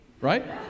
right